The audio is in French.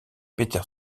peter